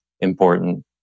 important